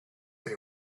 they